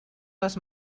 les